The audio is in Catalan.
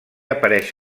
apareix